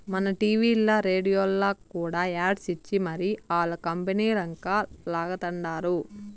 మన టీవీల్ల, రేడియోల్ల కూడా యాడ్స్ ఇచ్చి మరీ ఆల్ల కంపనీలంక లాగతండారు